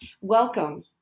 welcome